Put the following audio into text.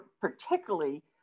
particularly